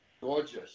gorgeous